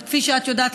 אבל כפי שאת יודעת,